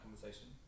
conversation